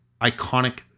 iconic